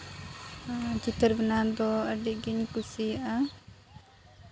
ᱪᱤᱛᱟᱹᱨ ᱵᱮᱱᱟᱣ ᱫᱚ ᱟᱹᱰᱤ ᱜᱤᱧ ᱠᱩᱥᱤᱭᱟᱜᱼᱟ